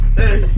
hey